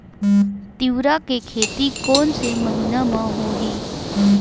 तीवरा के खेती कोन से महिना म होही?